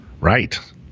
Right